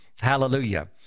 Hallelujah